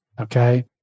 Okay